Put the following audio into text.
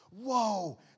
whoa